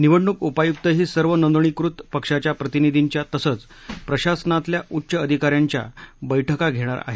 निवडणूक उपायुकही सर्व नोंदणीकृत पक्षाच्या प्रतिनिधींच्या तसंच प्रशासनातल्या उच्च अधिकाऱ्यांच्या बैठका घेणार आहेत